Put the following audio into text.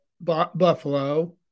Buffalo